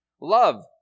love